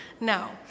No